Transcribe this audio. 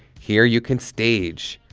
here you can stage,